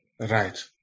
Right